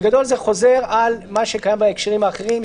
בגדול זה חוזר על מה שקיים בהקשרים האחרים,